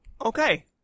Okay